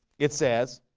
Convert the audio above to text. it says